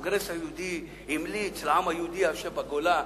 הקונגרס היהודי המליץ לעם היהודי היושב בגולה,